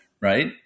right